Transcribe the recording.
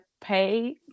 pay